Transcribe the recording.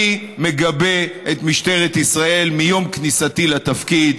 אני מגבה את משטרת ישראל מיום כניסתי לתפקיד.